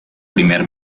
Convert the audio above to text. primer